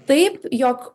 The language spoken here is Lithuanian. taip jog